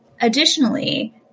Additionally